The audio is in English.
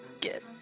get